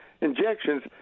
injections